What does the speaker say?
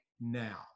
now